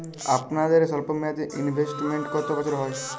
আপনাদের স্বল্পমেয়াদে ইনভেস্টমেন্ট কতো বছরের হয়?